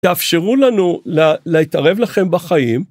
תאפשרו לנו להתערב לכם בחיים,